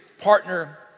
partner